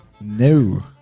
No